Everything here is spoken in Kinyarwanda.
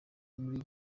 muri